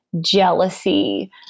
jealousy